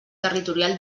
territorial